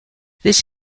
this